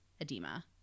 edema